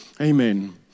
Amen